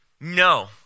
No